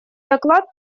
доклад